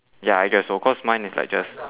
ya I guess so cause mine is like just